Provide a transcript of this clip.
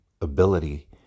ability